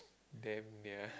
damn ya